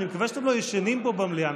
אני מקווה שאתם לא ישנים פה במליאה,